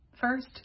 First